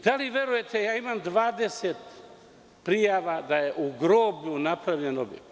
Da li verujete da imam 20 prijava da je u groblju napravljen objekat?